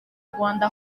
rwanda